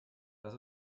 das